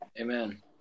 Amen